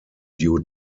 due